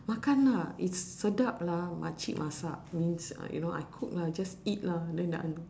makan lah it's sedap lah makcik masak means uh you know I cook lah just eat lah then the